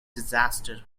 disaster